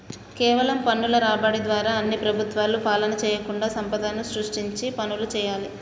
కేవలం పన్నుల రాబడి ద్వారా అన్ని ప్రభుత్వాలు పాలన చేయకుండా సంపదను సృష్టించే పనులు చేయాలి